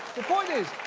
the point is,